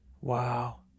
wow